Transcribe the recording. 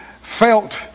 felt